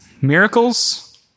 miracles